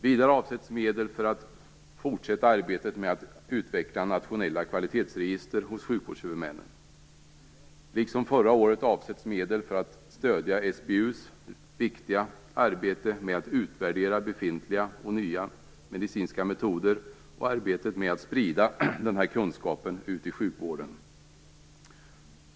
Vidare avsätts medel för att man skall fortsätta arbetet med att utveckla nationella kvalitetsregister hos sjukvårdshuvudmännen. Liksom förra året avsätts medel för att man skall stödja SBU:s viktiga arbete med att utvärdera befintliga och nya medicinska metoder och arbetet med att sprida den här kunskapen till sjukvården.